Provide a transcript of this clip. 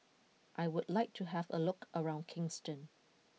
I would like to have a look around Kingston